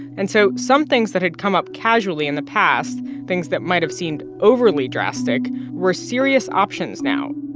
and so some things that had come up casually in the past things that might have seemed overly drastic were serious options now